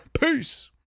Peace